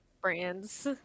brands